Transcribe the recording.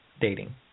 dating